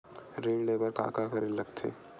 ऋण ले बर का करे ला लगथे?